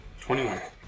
21